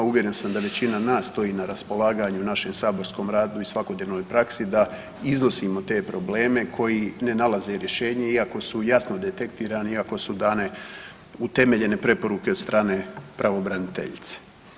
Uvjeren sam da većina nas stoji na raspolaganju u našem saborskom radu i svakodnevnoj praksi da iznosimo te probleme koji ne nalaze rješenje, iako su jasno detektirani, iako su dane utemeljene preporuke od strane pravobraniteljice.